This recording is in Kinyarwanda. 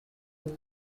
ari